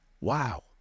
Wow